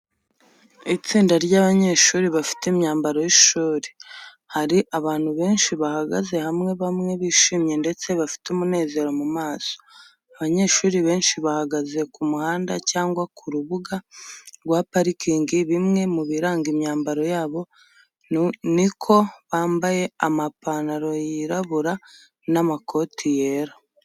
Itsinda ry'abanyeshuri bafite imyambaro y'ishuri. Hari abantu benshi bahagaze hamwe bamwe bishimye ndetse bafite umunezero mu maso. Abanyeshuri benshi bahagaze ku muhanda cyangwa ku rubuga rwa parikingi bimwe mu biranga imyambaro yabo ni ko bambaye amapantaro yirabura n’amakoti yera.